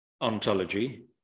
ontology